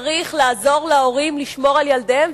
צריך לעזור להורים לשמור על ילדיהם,